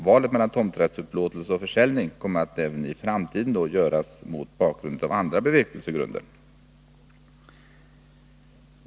Valen mellan tomträttsupplåtelse och försäljning kommer även i framtiden att göras mot bakgrund av andra bevekelsegrunder.